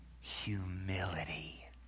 humility